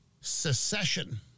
secession